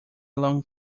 long